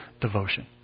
devotion